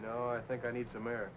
know i think i need some air